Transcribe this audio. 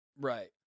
Right